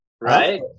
right